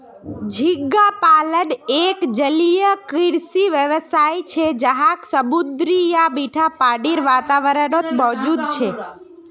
झींगा पालन एक जलीय कृषि व्यवसाय छे जहाक समुद्री या मीठा पानीर वातावरणत मौजूद छे